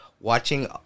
watching